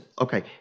okay